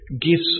gifts